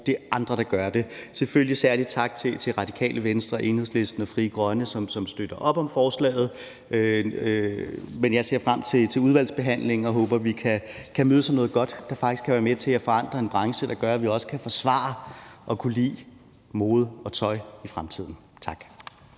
det er andre, der gør det. Selvfølgelig en særlig tak til Radikale Venstre, Enhedslisten og Frie Grønne, som støtter forslaget. Men jeg ser frem til udvalgsbehandlingen og håber, at vi kan mødes om noget godt, der faktisk kan være med til at forandre en branche, og som gør, at vi også kan forsvare og kan lide mode og tøj i fremtiden. Tak.